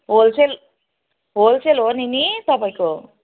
wholesale wholesale हो नि नि तपाईँको